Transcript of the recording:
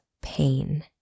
pain